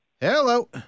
Hello